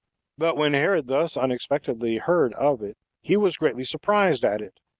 but when herod thus unexpectedly heard of it, he was greatly surprised at it,